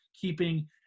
keeping